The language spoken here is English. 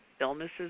Illnesses